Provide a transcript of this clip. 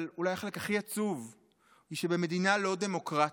אבל אולי החלק הכי עצוב הוא שבמדינה לא דמוקרטית,